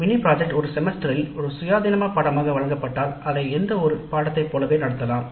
mini திட்டம் ஒரு செமஸ்டரில் ஒரு சுயாதீனமான பாடமாக வழங்கப்பட்டால் அதை எந்த ஒரு பாடநெறியை போலவே நடத்தலாம்